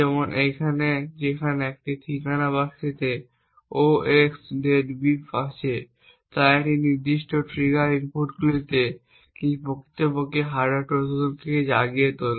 যেমন এখানে যেখানে ঠিকানা বাসটিতে 0xdeadbeef আছে তাই এই নির্দিষ্ট ট্রিগার ইনপুটগুলি কী প্রকৃতপক্ষে হার্ডওয়্যার ট্রোজানকে জাগিয়ে তোলে